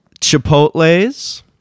Chipotle's